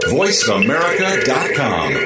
voiceamerica.com